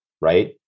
right